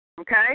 Okay